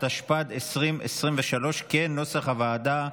התשפ"ד 2023, כנוסח הוועדה.